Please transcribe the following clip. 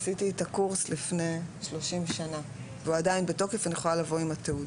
עשיתי את הקורס לפני 30 שנה והוא עדין בתוקף אני יכולה לבוא עם התעודה